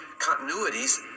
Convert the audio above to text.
continuities